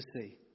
see